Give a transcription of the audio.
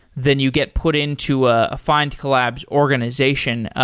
then you get put into a findcollabs organization.